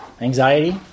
Anxiety